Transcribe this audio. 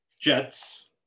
Jets